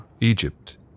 Egypt